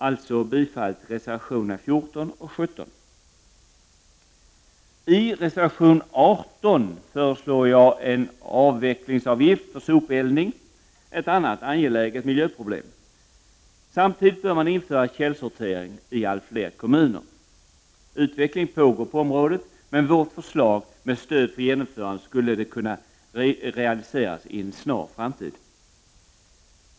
Alltså yrkar jag bifall till reservationerna 14 och 17. I reservation 18 föreslår jag en avvecklingsavgift för sopeldning, ett annat angeläget miljöproblem. Samtidigt bör man införa källsortering i allt fler kommuner. Utveckling pågår på området, men vårt förslag med stöd för genomförandet innebär att det skulle kunna realiseras i en snar framtid.